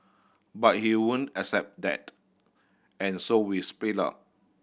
but he wouldn't accept that and so we split up